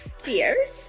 Cheers